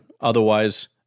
otherwise